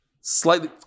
Slightly